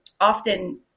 often